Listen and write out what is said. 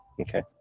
Okay